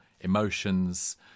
emotions